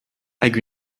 hag